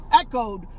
echoed